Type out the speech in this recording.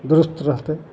दुरुस्त रहतय